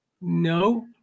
No